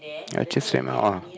yeah chase them out ah